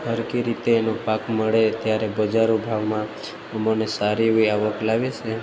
સરખી રીતે એનો પાક મળે ત્યારે બજારો ભાવમાં અમને સારી એવી આવક લાવે છે